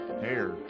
Hair